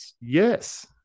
Yes